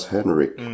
Henrik